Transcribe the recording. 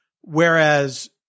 Whereas